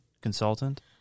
consultant